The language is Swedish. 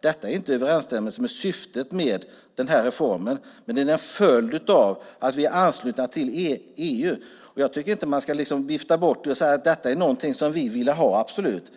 Detta är inte i överensstämmelse med syftet med den här reformen, men det är en följd av att vi är anslutna till EU. Jag tycker inte att man ska vifta bort det och säga att det är någonting som vi absolut ville ha,